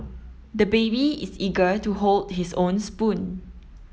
the baby is eager to hold his own spoon